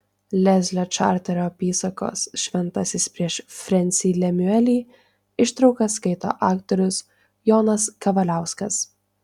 leslio čarterio apysakos šventasis prieš frensį lemiuelį ištraukas skaito aktorius jonas kavaliauskas